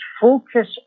focus